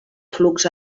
flux